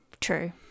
True